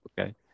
Okay